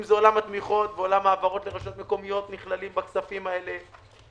אם זה עולם התמיכות ועולם ההעברות לרשויות מקומיות שנכללים בכספים האלה,